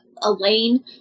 Elaine